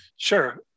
Sure